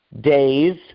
days